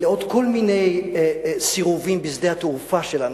לעוד כל מיני סירובים בשדה-התעופה שלנו,